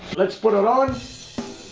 let's put it on,